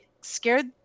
scared